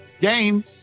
game